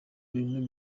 bintu